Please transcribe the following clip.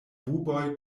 buboj